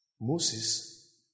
Moses